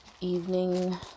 evening